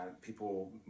People